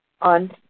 on